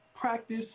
practice